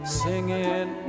singing